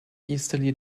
easterly